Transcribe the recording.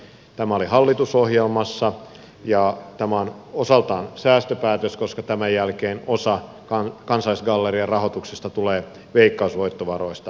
tämä oli hallitusohjelmassa ja tämä on osaltaan säästöpäätös koska tämän jälkeen osa kansallisgallerian rahoituksesta tulee veikkausvoittovaroista